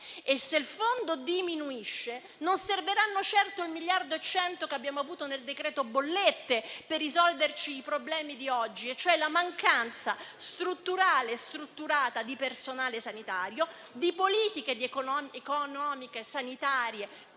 e, se diminuisce, non serviranno certo gli 1,1 miliardi che abbiamo avuto nel decreto bollette per risolvere i problemi di oggi e cioè la mancanza strutturale e strutturata di personale sanitario, di politiche economiche sanitarie